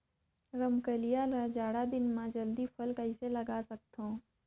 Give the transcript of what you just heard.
रमकलिया ल जाड़ा दिन म जल्दी फल कइसे लगा सकथव?